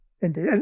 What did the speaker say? Indeed